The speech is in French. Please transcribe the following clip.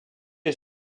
est